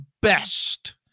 best